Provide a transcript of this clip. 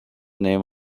name